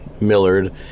Millard